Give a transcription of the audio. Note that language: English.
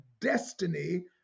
destiny